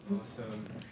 Awesome